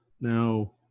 Now